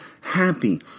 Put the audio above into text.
happy